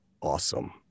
awesome